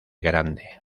grande